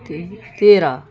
तेह्र तेह्र